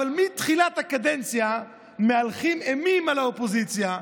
אבל מתחילת הקדנציה מהלכים אימים על האופוזיציה,